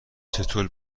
چطور